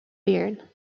byrne